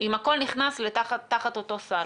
אם הכול נכנס תחת אותו סל.